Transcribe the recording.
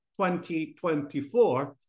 2024